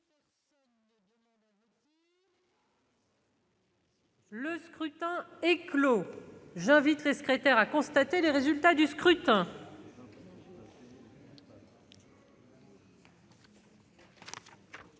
Le scrutin est clos. J'invite Mmes et MM. les secrétaires à constater le résultat du scrutin.